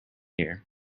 here